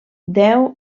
deu